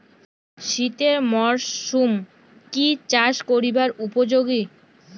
শীতের মরসুম কি চাষ করিবার উপযোগী?